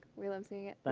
we love seeing it.